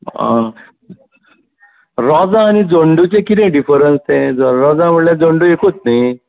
आं रॉझां आनी झंण्डुची कितें डिफरन्स तें रॉझा म्हणल्यार झेंडू एकूच न्ही